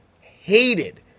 hated